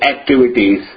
activities